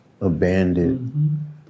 abandoned